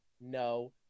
No